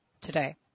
today